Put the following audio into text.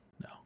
no